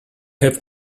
have